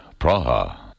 Praha